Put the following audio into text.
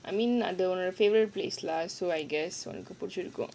I mean I அது உன்:adhu un favourite place lah so I guess உனக்கு பிடிச்சிருக்கும்:unakku pidichirukum